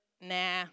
Nah